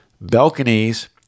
balconies